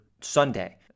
Sunday